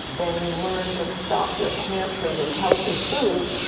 then you learn to stock your pantry with healthy food,